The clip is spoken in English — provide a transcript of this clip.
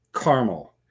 Caramel